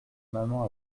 maman